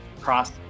cross